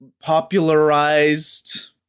popularized